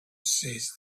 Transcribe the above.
says